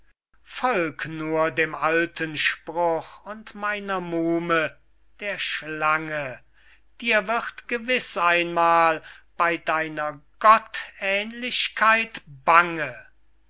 folg nur dem alten spruch und meiner muhme der schlange dir wird gewiß einmal bey deiner gottähnlichkeit bange